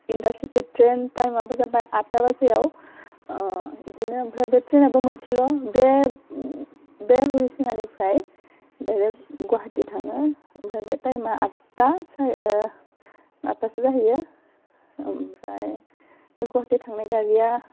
intercity train टाइमआबो जाबाय आथ था बाजियाव ओह इदिनो ओमफ्राय ट्रेनाबो मोनसेल बे बे हरिसिङानिफ्राय डायरेक्ट गुवाहाटी थाङो ओमफ्राय बे टाइमआ आथथा साराय ओह आथथासो जाहैयो ओमफ्राय गुवाहाटी थांनाय गारिया